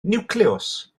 niwclews